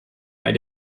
bei